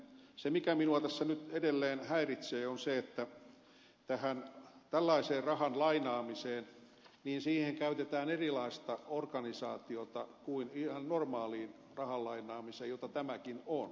se mikä minua tässä nyt edelleen häiritsee on se että tällaiseen rahan lainaamiseen käytetään erilaista organisaatiota kuin ihan normaaliin rahan lainaamiseen jota tämäkin on